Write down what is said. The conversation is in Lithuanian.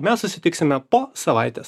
mes susitiksime po savaitės